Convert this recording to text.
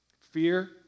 fear